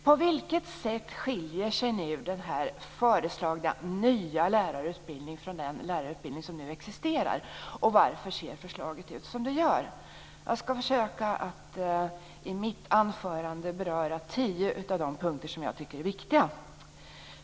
På vilket sätt skiljer sig den här föreslagna nya lärarutbildningen från den lärarutbildning som nu existerar och varför ser förslaget ut som det gör? Jag ska försöka att i mitt anförande beröra tio av de punkter som jag tycker är viktiga.